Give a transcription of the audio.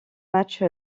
match